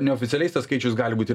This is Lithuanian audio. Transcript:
neoficialiai tas skaičius gali būt ir